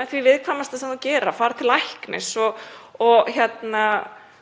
með því viðkvæmasta sem fólk gerir, að fara til læknis og láta